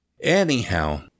Anyhow